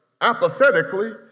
Apathetically